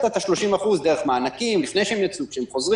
כך שאחוז